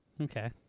Okay